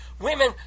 women